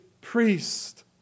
priest